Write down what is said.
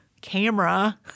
camera